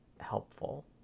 helpful